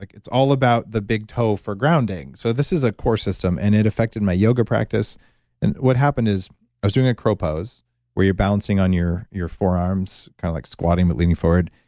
like it's all about the big toe for grounding. so this is a core system and it affected my yoga practice and what happened is i was doing a crow pose where you're bouncing on your your forearms, kind of like squatting, but leaning forward.